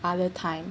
other time